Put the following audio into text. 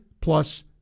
plus